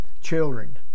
children